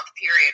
period